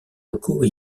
locaux